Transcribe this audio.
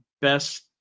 best